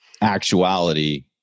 actuality